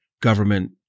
government